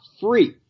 free